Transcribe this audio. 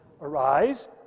Arise